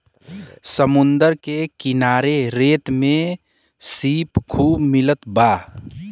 समुंदर के किनारे रेत में सीप खूब मिलत बा